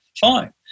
fine